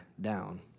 down